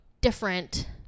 different